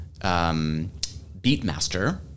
beatmaster